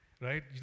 right